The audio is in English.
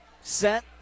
Set